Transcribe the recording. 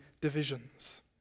divisions